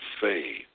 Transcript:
faith